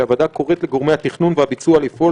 שהוועדה קוראת לגורמי התכנון והביצוע לפעול